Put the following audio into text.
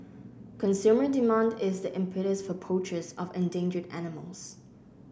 consumer demand is the impetus for poachers of endangered animals